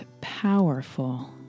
powerful